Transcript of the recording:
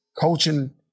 coaching